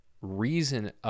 reason